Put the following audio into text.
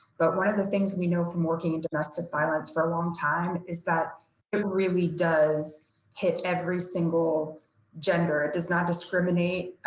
but one of the things we know from working in domestic violence for a long time is that it really does hit every single gender, it does not discriminate.